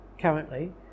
currently